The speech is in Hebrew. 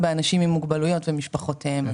באנשים עם מוגבלויות ומשפחות לילדים עם מוגבלויות.